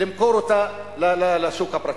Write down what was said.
למכור אותה לשוק הפרטי.